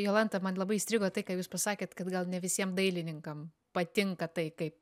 jolanta man labai įstrigo tai ką jūs pasakėt kad gal ne visiem dailininkam patinka tai kaip